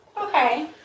Okay